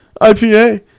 IPA